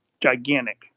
gigantic